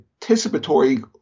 participatory